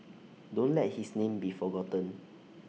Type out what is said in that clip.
don't let his name be forgotten